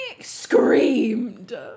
screamed